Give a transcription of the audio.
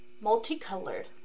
multicolored